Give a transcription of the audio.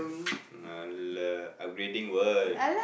[alah] upgrading what